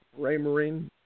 Raymarine